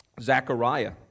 Zechariah